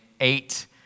eight